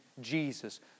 Jesus